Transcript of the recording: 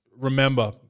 remember